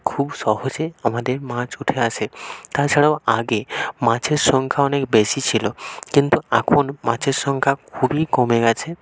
খুব সহজে আমাদের মাছ উঠে আসে তাছাড়াও আগে মাছের সংখ্যা অনেক বেশি ছিল কিন্তু এখন মাছের সংখ্যা খুবই কমে গিয়েছে